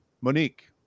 Monique